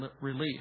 relief